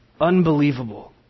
unbelievable